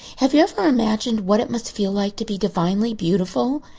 have you ever imagined what it must feel like to be divinely beautiful?